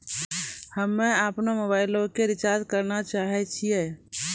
हम्मे अपनो मोबाइलो के रिचार्ज करना चाहै छिये